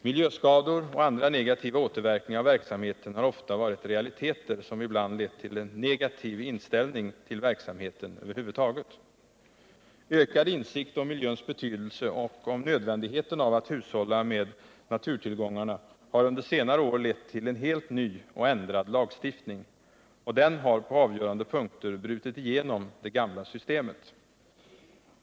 Miljöskador och andra negativa återverkningar av verksamheten har ofta varit realiteter, som ibland lett till en negativ inställning till verksamheten över huvud taget. Ökad insikt om miljöns betydelse och om nödvändigheten av att hushålla med naturtillgångarna har under senare år lett till en hel del ny och ändrad lagstiftning, och den har på avgörande punkter brutit igenom det gamla systemet.